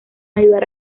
ayudar